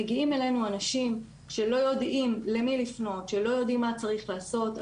מגיעים אלינו אנשים שלא יודעים למי לפנות ומה צריך לעשות.